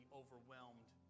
overwhelmed